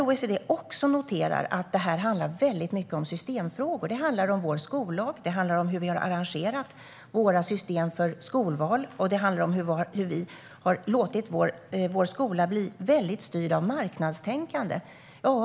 OECD noterar att det handlar mycket om systemfrågor. Det handlar om vår skollag, det handlar om hur vi har arrangerat vårt system för skolval och det handlar om hur vi har låtit vår skola bli väldigt styrd av marknadstänkande.